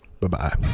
bye-bye